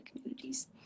communities